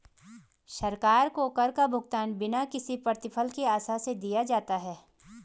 सरकार को कर का भुगतान बिना किसी प्रतिफल की आशा से दिया जाता है